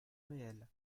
réel